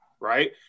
Right